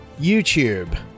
YouTube